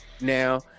now